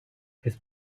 his